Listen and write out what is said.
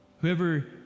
Whoever